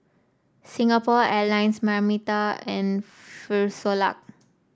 Singapore Airlines Marmite and Frisolac